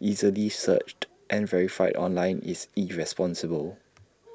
easily searched and verified online is irresponsible